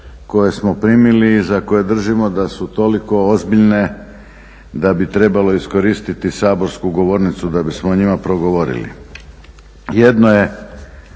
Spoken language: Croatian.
koje smo primili i za koje držimo da su toliko ozbiljne da bi trebalo iskoristiti saborsku govornicu da bismo o njima progovorili. Jedno je